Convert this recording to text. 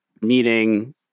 meeting